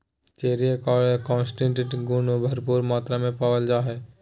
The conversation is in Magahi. चेरी में एंटीऑक्सीडेंट्स गुण भरपूर मात्रा में पावल जा हइ